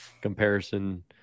comparison